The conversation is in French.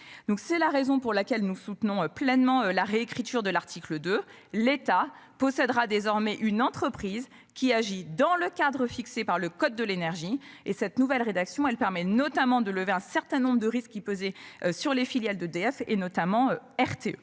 c'est la raison pour laquelle nous soutenons pleinement la réécriture de l'article de l'État possédera désormais une entreprise qui agit dans le cadre fixé par le code de l'énergie et cette nouvelle rédaction elle permet notamment de lever un certain nombre de risques qui pesaient sur les filiales d'EDF et notamment RT